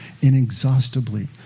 inexhaustibly